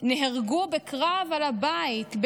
נהרגו בקרב על הבית,